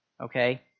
okay